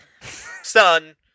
Son